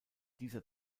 dieser